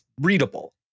readable